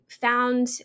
found